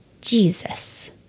Jesus